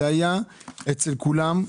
זה היה אצל כולם,